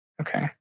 Okay